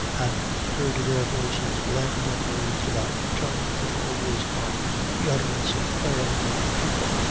and heard their voices blend in those devout tones that always mark the utterance of prayer among the people.